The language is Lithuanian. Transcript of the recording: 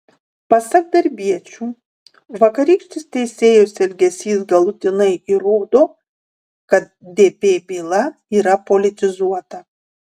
pasak darbiečių vakarykštis teisėjos elgesys galutinai įrodo kad dp byla yra politizuota